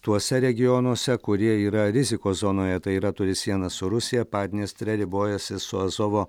tuose regionuose kurie yra rizikos zonoje tai yra turi sieną su rusija padniestre ribojasi su azovo